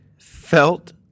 felt